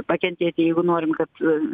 pakentėti jeigu norim kad